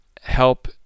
help